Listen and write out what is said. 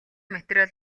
материал